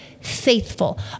faithful